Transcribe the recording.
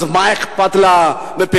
אז מה אכפת לה מהפריפריה?